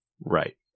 Right